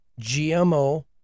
GMO